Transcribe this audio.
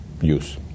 use